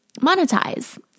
monetize